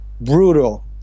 brutal